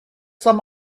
some